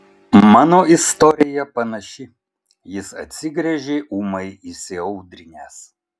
mano istorija panaši jis atsigręžė ūmai įsiaudrinęs